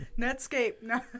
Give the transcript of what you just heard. Netscape